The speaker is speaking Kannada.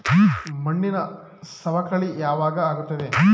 ಮಣ್ಣಿನ ಸವಕಳಿ ಯಾವಾಗ ಆಗುತ್ತದೆ?